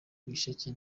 ibisheke